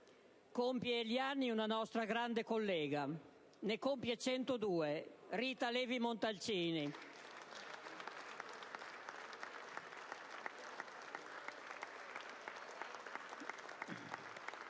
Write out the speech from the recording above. compie gli anni una nostra grande collega. Ne compie 102, ed è Rita Levi-Montalcini